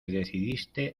decidiste